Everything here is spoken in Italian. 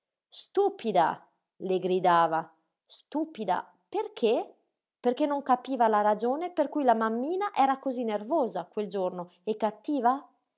stupida le gridava stupida perché perché non capiva la ragione per cui la mammina era cosí nervosa quel giorno e cattiva